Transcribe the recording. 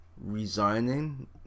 resigning